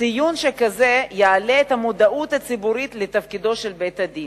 ציון שכזה יעלה את המודעות הציבורית לתפקידו של בית-הדין.